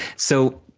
so,